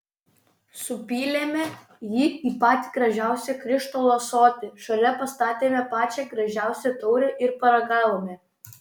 supylėme jį į patį gražiausią krištolo ąsotį šalia pastatėme pačią gražiausią taurę ir paragavome